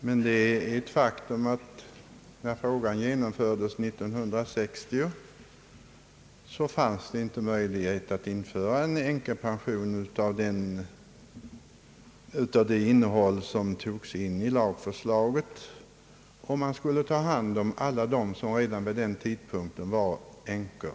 Men faktum är att när reformen genomfördes 1960 fanns inte möjlighet att införa en änkepension av det innehåll som eljest togs in i lagförslaget, om man skulle ta hand om alla som redan vid den tidpunkten var änkor.